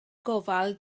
gofal